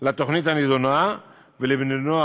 לתוכנית הנדונה ולבני-נוער